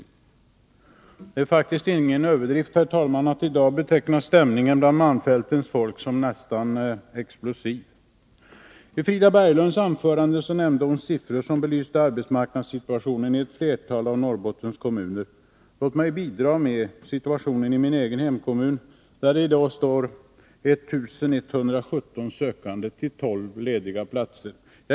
Det är, herr talman, faktiskt ingen överdrift att beteckna stämningen i dag bland malmfältens folk som nästan explosiv. Frida Berglund nämnde i sitt anförande siffror som belyste arbetsmarknadssituationen i ett flertal av Norrbottens kommuner. Låt mig bidra med siffror från min egen hemkommun, där det i dag finns 1 117 sökande till 12 lediga platser.